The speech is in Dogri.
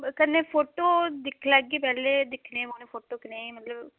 कन्नै फोटो दिक्खी लैगी पैह्लें दिक्खने पौने फोटो कनेह् मतलब